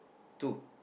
two